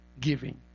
giving